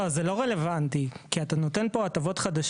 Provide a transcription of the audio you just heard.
לא, זה לא רלוונטי, כי אתה נותן פה הטבות חדשות.